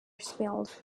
spilled